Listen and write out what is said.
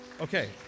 Okay